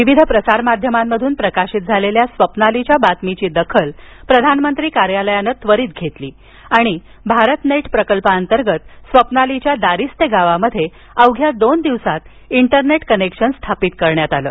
विविध प्रसार माध्यमातून प्रकाशित झालेल्या स्वप्नालीच्या बातमीची दखल प्रधानमंत्री कार्यालयानं त्वरित घेतली आणि भारत नेट प्रकल्प अंतर्गत स्वप्नालीच्या दारिस्ते गावात अवघ्या दोन दिवसात इंटरनेट कनेक्शन स्थापित करण्यात आलं